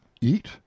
eat